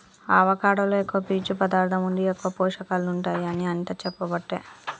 avocado లో ఎక్కువ పీచు పదార్ధం ఉండి ఎక్కువ పోషకాలు ఉంటాయి అని అనిత చెప్పబట్టే